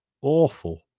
awful